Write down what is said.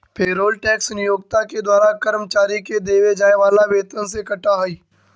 payroll tax नियोक्ता के द्वारा कर्मचारि के देवे जाए वाला वेतन से कटऽ हई